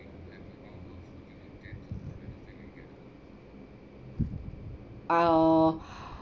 uh